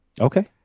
Okay